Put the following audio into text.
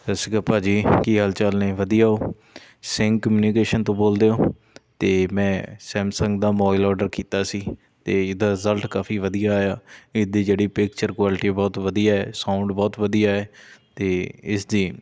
ਸਤਿ ਸ਼੍ਰੀ ਅਕਾਲ ਭਾਅ ਜੀ ਕੀ ਹਾਲ ਚਾਲ ਨੇ ਵਧੀਆ ਹੋ ਸਿੰਘ ਕਮਿਊਨੀਕੇਸ਼ਨ ਤੋਂ ਬੋਲਦੇ ਹੋ ਤੇ ਮੈਂ ਸੈਮਸੰਗ ਦਾ ਮੋਬਾਈਲ ਔਡਰ ਕੀਤਾ ਸੀ ਅਤੇ ਇਹਦਾ ਰਿਜ਼ਲਟ ਕਾਫੀ ਵਧੀਆ ਆਇਆ ਇਸਦੀ ਜਿਹੜੀ ਪਿਕਚਰ ਕੁਆਲਿਟੀ ਆ ਬਹੁਤ ਵਧੀਆ ਹੈ ਸਾਊਂਡ ਬਹੁਤ ਵਧੀਆ ਹੈ ਅਤੇ ਇਸ ਦੀ